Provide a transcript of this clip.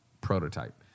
prototype